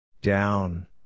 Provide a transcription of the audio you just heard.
Down